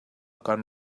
kan